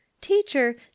teacher